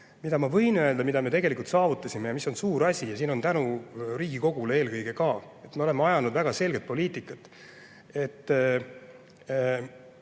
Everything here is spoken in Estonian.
Mida ma võin öelda, mida me tegelikult saavutasime ja mis on suur asi ja siin on tänu Riigikogule eelkõige ka, et me oleme ajanud väga selget poliitikat. Me